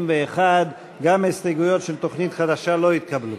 61. גם ההסתייגויות של תוכנית חדשה לא התקבלו.